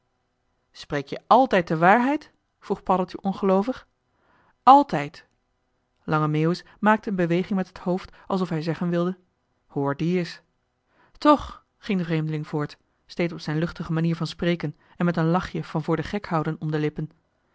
spreek je altijd de waarheid vroeg paddeltje ongeloovig altijd lange meeuwis maakte een beweging met het hoofd alsof hij zeggen wilde hoor die s tch ging de vreemdeling voort steeds op zijn luchtige manier van spreken en met een lachje van voor den gek houden om de lippen